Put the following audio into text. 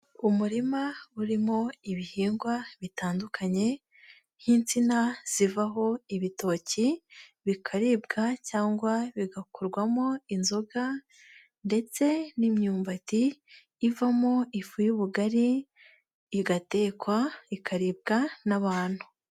Umurima urimo ibihingwa bitandukanye nk'insina zivaho ibitoki, bikaribwa cyangwa bigakorwamo inzoga ndetse n'imyumbati, ivamo ifu y'ubugari, igatekwa ikaribwa n'abantu.